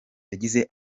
yagize